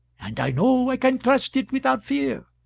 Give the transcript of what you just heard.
and i know i can trust it without fear.